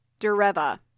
Dereva